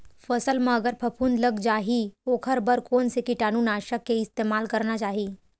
फसल म अगर फफूंद लग जा ही ओखर बर कोन से कीटानु नाशक के इस्तेमाल करना चाहि?